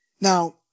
Now